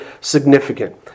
significant